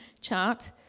chart